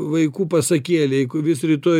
vaikų pasakėlė jeiku vis rytoj